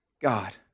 God